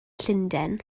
llundain